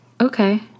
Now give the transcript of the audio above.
Okay